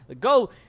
Go